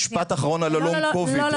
משפט אחרון על הלונג קוביד --- לא,